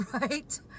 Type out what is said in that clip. Right